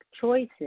choices